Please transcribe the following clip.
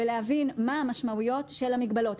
ולהבין מה המשמעויות של המגבלות.